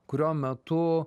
kurio metu